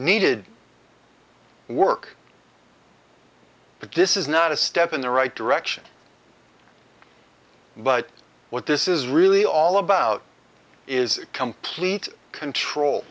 needed work but this is not a step in the right direction but what this is really all about is complete control